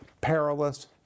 perilous